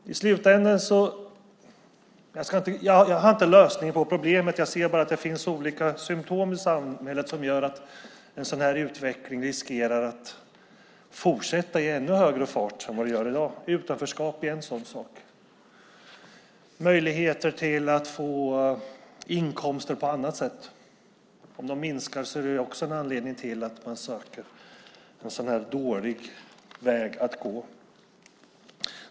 Jag har inte lösningen på problemet. Jag ser bara att det finns olika saker i samhället som gör att en sådan här utveckling riskerar att fortsätta i ännu högre fart än i dag. Utanförskap är en sådan sak. Om möjligheterna att få inkomster på annat sätt minskar är det också en anledning till att söka en sådan här dålig väg att gå.